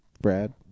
Brad